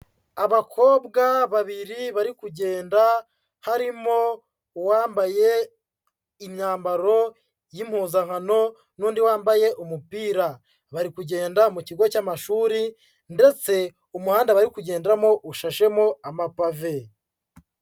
Abakobwa babiri bari kugenda, harimo uwambaye imyambaro y'impuzankano n'undi wambaye umupira, bari kugenda mu kigo cy'amashuri ndetse umuhanda bari ku kugendaderamo ushashemo amapave.